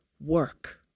work